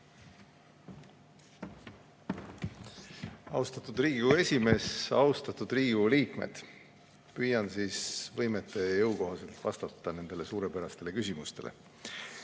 Austatud Riigikogu esimees! Austatud Riigikogu liikmed! Püüan võimete ja jõu kohaselt vastata nendele suurepärastele küsimustele.